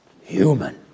human